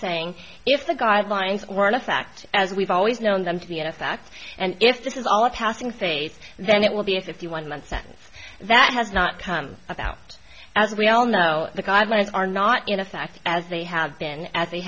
saying if the guidelines or in effect as we've always known them to be in effect and if this is all a passing phase then it will be a fifty one month sentence that has not come about as we all know the guidelines are not in effect as they have been as they